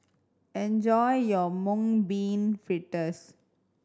enjoy your Mung Bean Fritters